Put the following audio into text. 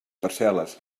parcel·les